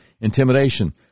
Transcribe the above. intimidation